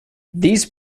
these